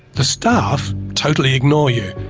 the staff totally ignore you,